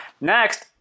Next